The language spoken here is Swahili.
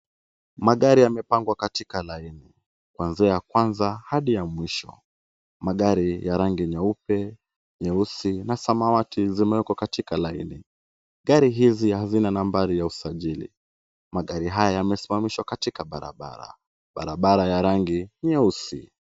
Magari yamepangwa katika laini, kwanzia ya kwanza hadi ya mwisho. Magari ya rangi nyeupe, nyeusi na samawati zimewekwa katika laini. Gari hizi hazina nambari ya usajili. Magari haya yamesimamishwa katika barabara, barabara ya rangi nyeusi.